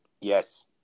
Yes